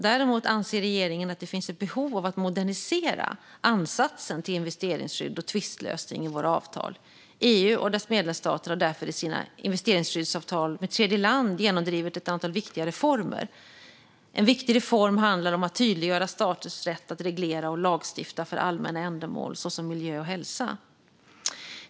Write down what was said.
Däremot anser regeringen att det finns ett behov av att modernisera ansatsen till investeringsskydd och tvistlösning i våra avtal. EU och dess medlemsstater har därför i sina nya investeringsskyddsavtal med tredjeland genomdrivit ett antal viktiga reformer. En viktig reform handlar om att tydliggöra staters rätt att reglera och lagstifta för allmänna ändamål såsom miljö och hälsa.